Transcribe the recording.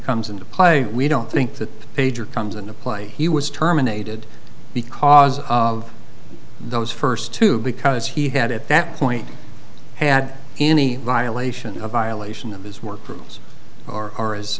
comes into play we don't think that pager comes into play he was terminated because of those first two because he had at that point had any violation of violation of his work rules or